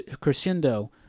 crescendo